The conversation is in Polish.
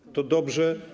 To dobrze.